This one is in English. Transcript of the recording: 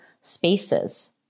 spaces